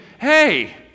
hey